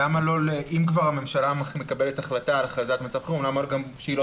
אם כבר הממשלה מקבלת החלטה על הכרזת מצב חירום למה שהיא לא